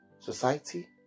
society